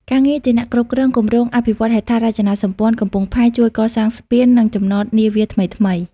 ការងារជាអ្នកគ្រប់គ្រងគម្រោងអភិវឌ្ឍន៍ហេដ្ឋារចនាសម្ព័ន្ធកំពង់ផែ ជួយកសាងស្ពាន និងចំណតនាវាថ្មីៗ។